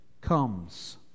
comes